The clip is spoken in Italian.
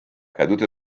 caduta